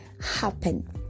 happen